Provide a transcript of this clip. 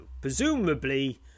Presumably